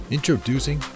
Introducing